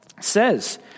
says